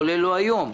כולל לא היום,